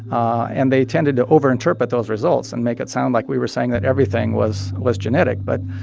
um and they tended to over-interpret those results and make it sound like we were saying that everything was was genetic. but,